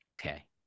Okay